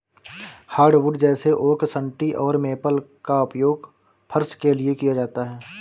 hardwood जैसे oak सन्टी और मेपल का उपयोग फर्श के लिए किया जाता है